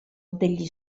degli